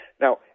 Now